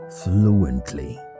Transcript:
fluently